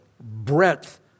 breadth